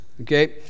Okay